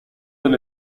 them